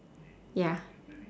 ya